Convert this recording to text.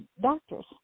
doctors